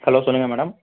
hello சொல்லுங்கள் madam